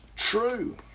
true